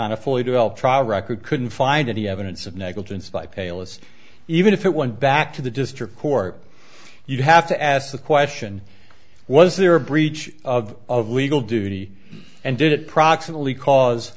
on a fully developed trial record couldn't find any evidence of negligence by palest even if it went back to the district court you have to ask the question was there a breach of of legal duty and did it proximately cause